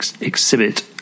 exhibit